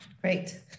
great